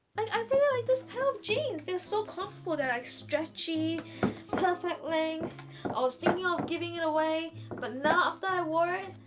like i feel like this pair of jeans. they're so comfortable there like stretchy perfect legs i'll stop yeah giving it away but not by worn.